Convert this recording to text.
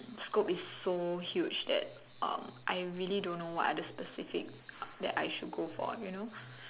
scope is so huge that um I really don't know what are the specific that I should go for you know